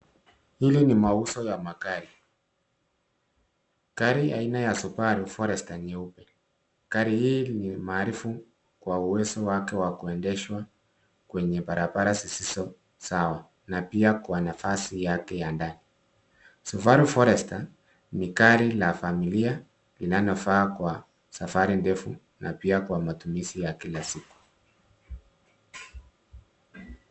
Hili ni mauzo ya magari. Gari aina ya Subaru Forester nyeupe. Gari hii ni maarifu kwa uwezo wake wa kuendeshwa kwenye barabara zisizo sawa na pia kwa nafasi yake ya ndani. Subaru Forester ni gari la familia linalofaa kwa safari ndefu na pia kwa matumizi ya kila siku.